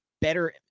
better –